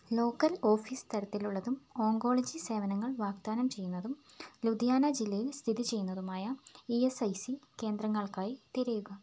local office തരത്തിലുള്ളതും oncology സേവനങ്ങൾ വാഗ്ദാനം ചെയ്യുന്നതും ലുധിയാന ജില്ലയിൽ സ്ഥിതി ചെയ്യുന്നതുമായ ഇ എസ് ഐ സി കേന്ദ്രങ്ങൾക്കായി തിരയുക